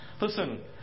Listen